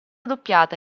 doppiata